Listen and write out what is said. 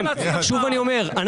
אני אומר שוב,